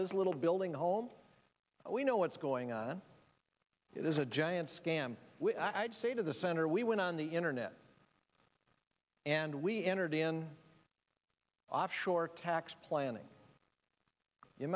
this little building home we know what's going on it is a giant scam i'd say to the center we went on the internet and we entered in offshore tax planning